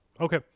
Okay